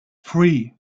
three